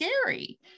scary